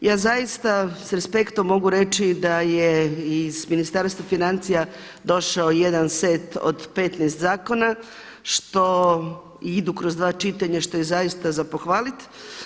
Ja zaista sa respektom mogu reći da je iz Ministarstva financija došao jedan set od 15 zakona što idu kroz 2 čitanja, što je zaista za pohvaliti.